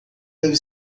deve